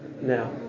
Now